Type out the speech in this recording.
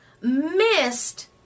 missed